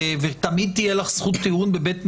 ותמיד תהיה לך זכות טיעון בבית משפט,